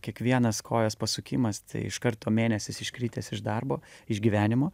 kiekvienas kojos pasukimas iš karto mėnesiais iškritęs iš darbo iš gyvenimo